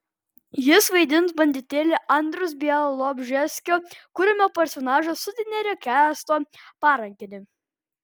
jis vaidins banditėlį andriaus bialobžeskio kuriamo personažo sutenerio kęsto parankinį